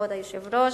כבוד היושב-ראש.